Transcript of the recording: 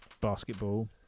basketball